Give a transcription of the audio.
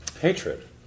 Hatred